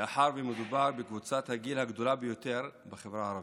מאחר שמדובר בקבוצת הגיל הגדולה ביותר בחברה הערבית,